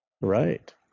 Right